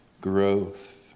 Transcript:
growth